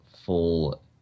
full